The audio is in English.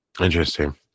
interesting